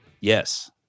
Yes